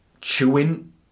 chewing